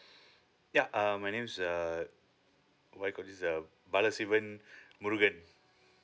ya uh my name is uh what you called this uh bala sivan murugan